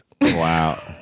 wow